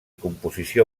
composició